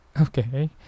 Okay